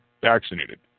vaccinated